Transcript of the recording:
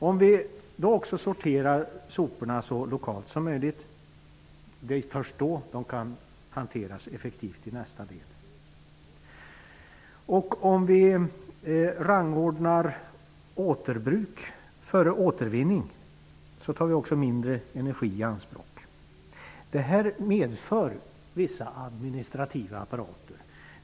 Om vi också sorterar soporna så lokalt som möjligt -- och det är först då som de kan hanteras effektivt i nästa led -- och om vi rangordnar återbruk före återvinning, tar vi mindre energi i anspråk. För detta krävs vissa administrativa apparater.